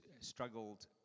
struggled